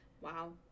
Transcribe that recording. Wow